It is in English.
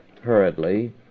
hurriedly